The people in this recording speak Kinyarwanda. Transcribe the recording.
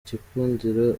igikundiro